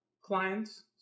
clients